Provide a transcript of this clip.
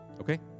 Okay